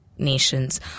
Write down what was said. nations